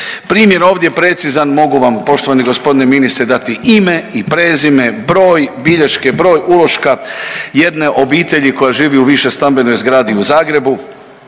Primjer ovdje precizan mogu vam poštovani gospodine ministre dati ime i prezime, broj bilješke, broj uloška jedne obitelji koja živi u višestambenoj zgradi u Zagrebu.